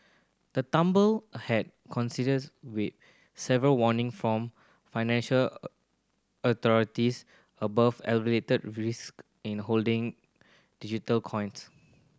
the tumble had coincides with several warning from financial authorities about elevated risk in holding digital coins